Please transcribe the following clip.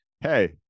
hey